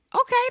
okay